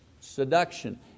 Seduction